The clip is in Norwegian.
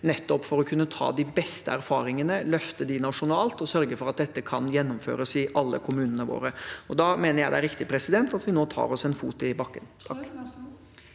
nettopp for å kunne ta de beste erfaringene, løfte dem nasjonalt og sørge for at dette kan gjennomføres i alle kommunene våre. Da mener jeg det er riktig at vi nå tar en fot i bakken. Tone